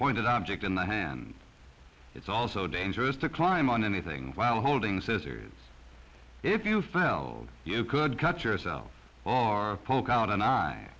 pointed out object in the hand it's also dangerous to climb on anything while holding scissors if you failed you could cut yourself or poke out an